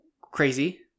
crazy